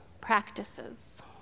practices